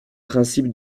principe